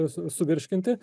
su suvirškinti